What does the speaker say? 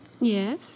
Yes